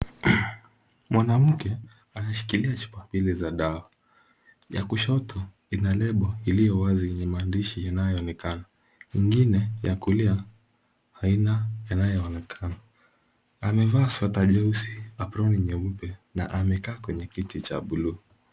Mwanamke ameshikiia chupa mbili za dawa. Ya kushoto ina lebo iliyowazi yenye maandishi yanayoonekana. Ingine ya kulia haina yanayoonekana. Amevaa sweta jeusi, aproni nyeupe na amekaa kwenye kiti cha buluu.